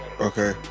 Okay